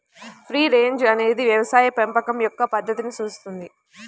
free range అనేది వ్యవసాయ పెంపకం యొక్క పద్ధతిని సూచిస్తుంది